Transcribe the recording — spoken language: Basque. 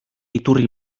iturri